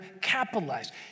capitalized